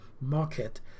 market